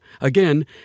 Again